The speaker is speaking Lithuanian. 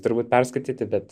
turbūt perskaityti bet